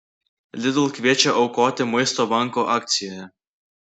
lidl kviečia aukoti maisto banko akcijoje